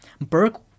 Burke